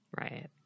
Right